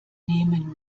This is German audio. nehmen